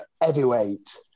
heavyweight